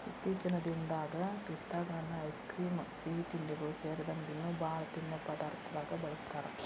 ಇತ್ತೇಚಿನ ದಿನದಾಗ ಪಿಸ್ತಾಗಳನ್ನ ಐಸ್ ಕ್ರೇಮ್, ಸಿಹಿತಿಂಡಿಗಳು ಸೇರಿದಂಗ ಇನ್ನೂ ಬಾಳ ತಿನ್ನೋ ಪದಾರ್ಥದಾಗ ಬಳಸ್ತಾರ